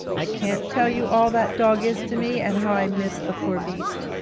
i can't tell you all that dog is to me, and how i missed the poor beast.